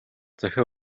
захиа